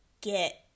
get